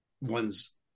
one's